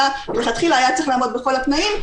אלא שמלכתחילה היה צריך לעמוד בכל התנאים,